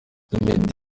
meddy